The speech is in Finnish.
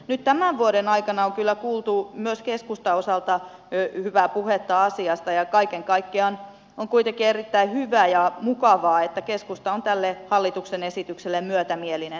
nyt tämän vuoden aikana on kyllä kuultu myös keskustan osalta hyvää puhetta asiasta ja kaiken kaikkiaan on kuitenkin erittäin hyvä ja mukavaa että keskusta on tälle hallituksen esitykselle myötämielinen